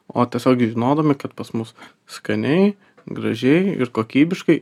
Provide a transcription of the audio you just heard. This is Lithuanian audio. o tiesiog žinodami kad pas mus skaniai gražiai ir kokybiškai